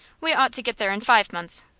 we ought to get there in five months,